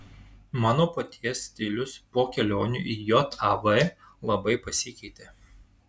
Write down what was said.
mano paties stilius po kelionių į jav labai pasikeitė